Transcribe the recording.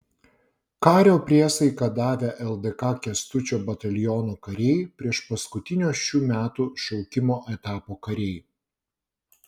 kario priesaiką davę ldk kęstučio bataliono kariai priešpaskutinio šių metų šaukimo etapo kariai